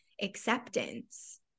acceptance